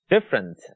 different